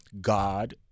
God